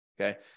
Okay